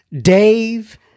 Dave